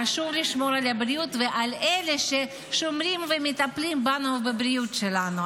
חשוב לשמור על הבריאות ועל אלה ששומרים ומטפלים בנו ובבריאות שלנו.